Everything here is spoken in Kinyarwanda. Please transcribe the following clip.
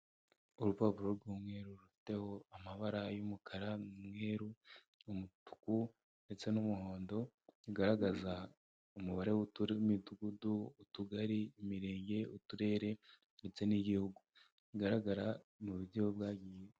Urupapuro rw'umweru rurufiteho amabara y'umukara, umweru, umutuku ndetse n'umuhondo bigaragaza umubare w'imidugudu, utugari, imirenge uturere ndetse n'igihugu kigaragara mu buryo bwagiye.